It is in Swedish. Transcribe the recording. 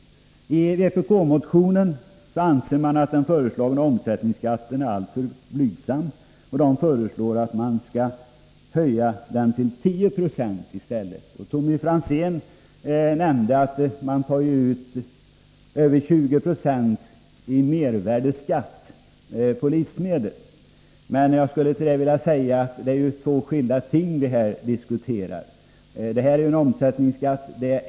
I sin motion anser vpk att den föreslagna omsättningsskatten är alltför blygsam. Vpk föreslår att man skall höja den till 10 26. Tommy Franzén nämnde att mervärdeskatten på livsmedel är över 20 90. Jag skulle vilja säga att det är två skilda ting. Det här är fråga om omsättningsskatt.